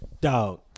Dog